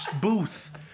booth